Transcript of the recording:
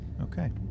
Okay